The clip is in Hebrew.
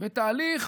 בתהליך